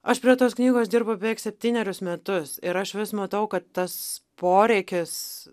aš prie tos knygos dirbu beveik septynerius metus ir aš vis matau kad tas poreikis